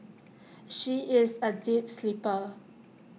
she is A deep sleeper